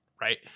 right